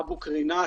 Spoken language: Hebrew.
אבו קרינאת,